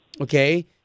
Okay